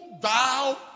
thou